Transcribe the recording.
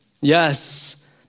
Yes